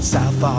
South